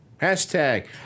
Hashtag